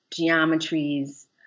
geometries